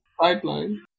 Pipeline